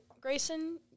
Grayson